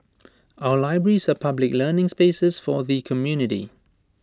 our libraries are public learning spaces for the community